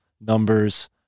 numbers